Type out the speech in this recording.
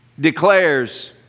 Declares